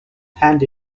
hand